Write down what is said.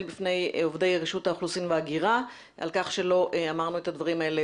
בפני עובדי רשות האוכלוסין וההגירה על כך שלא אמרנו את הדברים האלה